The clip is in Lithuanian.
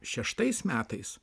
šeštais metais